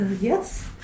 Yes